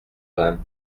vingt